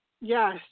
Yes